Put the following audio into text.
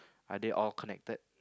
are they all connected